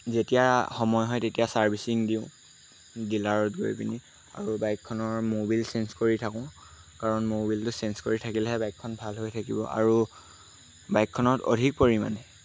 যেতিয়া সময় হয় তেতিয়া ছাৰ্ভিচিং দিওঁ ডিলাৰত গৈ পিনি আৰু বাইকখনৰ ম'বিল চেঞ্জ কৰি থাকোঁ কাৰণ ম'বিলটো চেঞ্জ কৰি থাকিলেহে বাইকখন ভাল হৈ থাকিব আৰু বাইকখনত অধিক পৰিমাণে